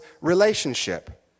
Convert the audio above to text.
relationship